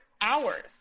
hours